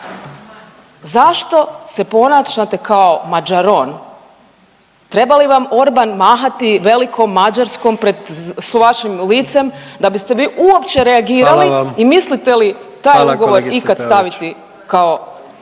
zašto se ponašate kao Mađaron? Treba li vam Orban mahati velikom Mađarskom pred vašim licem da biste vi uopće reagirali …/Upadica predsjednik: Hvala vam./…